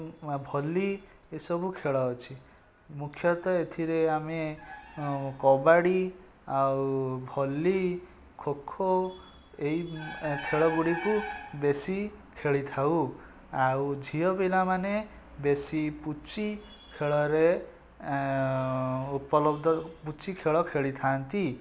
ଭଲି ଏସବୁ ଖେଳ ଅଛି ମୁଖ୍ୟତଃ ଏଥିରେ ଆମେ କବାଡ଼ି ଆଉ ଭଲି ଖୋଖୋ ଏଇ ଖେଳ ଗୁଡ଼ିକୁ ବେଶୀ ଖେଳିଥାଉ ଆଉ ଝିଅ ପିଲାମାନେ ବେଶୀ ପୁଚି ଖେଳରେ ଉପଲବ୍ଧ ପୁଚି ଖେଳ ଖେଳିଥାନ୍ତି